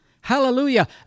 Hallelujah